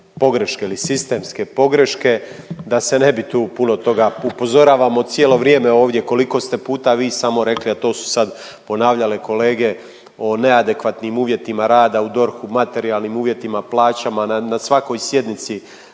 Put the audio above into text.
pogreške ili sistemske pogreške da se ne bi tu puno toga, upozoravamo cijelo vrijeme ovdje koliko ste puta vi samo rekli, a to su sad ponavljale kolege o neadekvatnim uvjetima rada u DORH-u, materijalnim uvjetima, plaćama. Na svakoj sjednici